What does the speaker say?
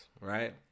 right